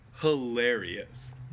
hilarious